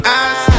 eyes